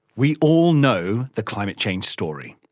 we all know the climate change story.